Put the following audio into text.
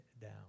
down